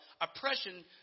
oppression